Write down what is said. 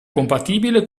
compatibile